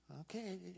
Okay